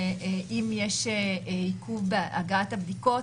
שאם יש עיכוב בהגעת הבדיקות,